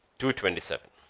to twenty seven